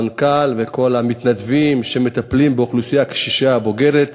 המנכ"ל וכל המתנדבים שמטפלים באוכלוסייה הקשישה הבוגרת.